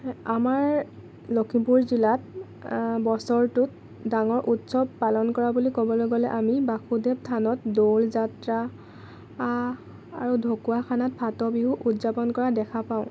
আমাৰ লখিমপুৰ জিলাত বছৰটোত ডাঙৰ উৎসৱ পালন কৰা বুলি ক'বলৈ গ'লে আমি বাসুদেৱ থানত দৌল যাত্ৰা আৰু ঢকুৱাখানাত ফাটবিহু উদযাপন কৰা দেখা পাওঁ